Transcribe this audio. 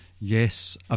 yes